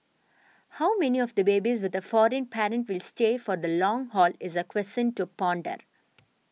how many of the babies with a foreign parent will stay for the long haul is a question to ponder